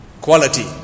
Quality